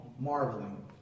marveling